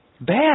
Bad